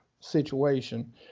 situation